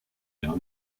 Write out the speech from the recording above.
jahr